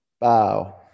bow